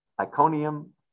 Iconium